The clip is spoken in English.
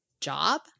job